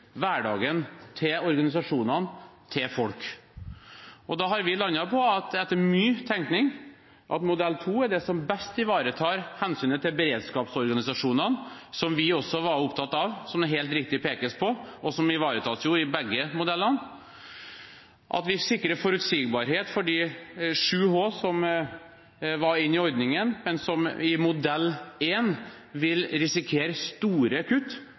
hverdagen til organisasjonene, til folk. Vi har landet på, etter mye tenking, at modell 2 er den som best ivaretar hensynet til beredskapsorganisasjonene – som vi også var opptatt av, som det helt riktig pekes på, og som ivaretas i begge modellene – at vi sikrer forutsigbarhet for de 7H, som var inne i ordningen, men som med modell 1 vil risikere store kutt